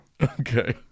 Okay